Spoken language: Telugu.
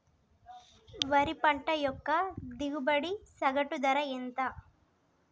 వరి పంట యొక్క దిగుబడి సగటు ధర ఎంత?